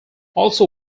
also